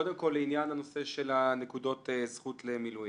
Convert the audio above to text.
קודם כול לעניין הנושא של הנקודות זכות למילואים.